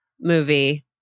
movie